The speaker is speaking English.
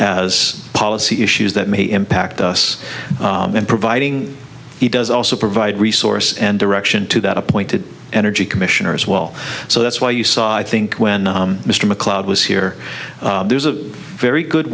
as policy issues that may impact us and providing he does also provide resource and direction to that appointed energy commissioner as well so that's why you saw i think when mr macleod was here there's a very good